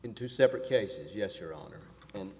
two separate cases yes your honor and